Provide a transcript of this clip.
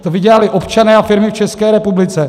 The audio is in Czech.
To vydělali občané a firmy v České republice.